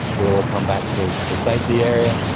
we all come back to the safety area,